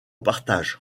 partage